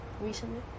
Recently